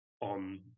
on